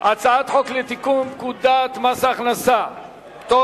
הצעת חוק לתיקון פקודת מס הכנסה (פטור